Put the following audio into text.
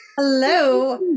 Hello